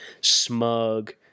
smug